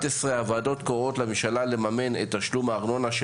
הוועדות קוראות לממשלה לממן את תשלום הארנונה של